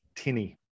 Tinny